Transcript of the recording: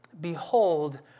Behold